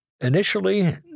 Initially